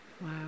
Wow